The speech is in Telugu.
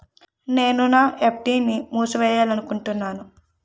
నేను నా ఎఫ్.డి ని మూసివేయాలనుకుంటున్నాను